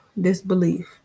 disbelief